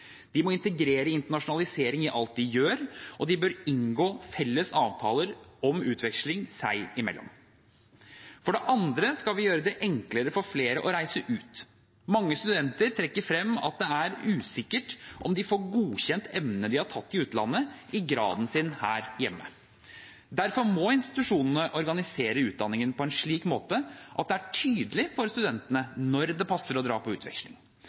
De må integrere internasjonalisering i alt de gjør, og de bør inngå felles avtaler om utveksling seg imellom. For det andre skal vi gjøre det enklere for flere å reise ut. Mange studenter trekker frem at det er usikkert om de får godkjent emnene de har tatt i utlandet, i graden sin her hjemme. Derfor må institusjonene organisere utdanningene på en slik måte at det er tydelig for studentene når det passer å dra på utveksling.